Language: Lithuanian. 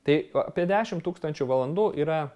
tai apie dešim tūkstančių valandų yra